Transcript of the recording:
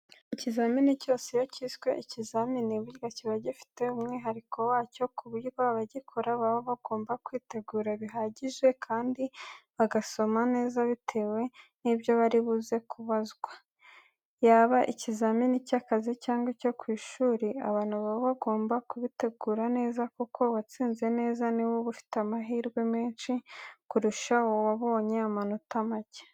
Ikizamini cyose iyo cyiswe ikizamini burya kiba gifite umwihariko wacyo ku buryo abagikora baba bagomba kwitegura bihagije, kandi bagasoma neza bitewe n'ibyo bari buze kubazwaho. Yaba ikizamini cy'akazi, yaba icyo ku ishuri, abantu baba bagomba kugitegura neza kuko uwatsinze neza ni we uba ufite amahirwe menshi kurusha ababonye amanota make.